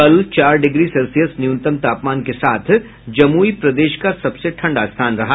कल चार degree Celsius न्यूनतम तापमान के साथ जमुई प्रदेश का सबसे ठंडा स्थान रहा